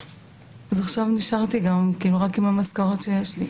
אז עכשיו גם נשארתי רק עם המשכורת שיש לי.